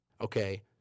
okay